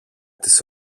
τις